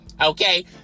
Okay